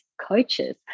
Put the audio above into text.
coaches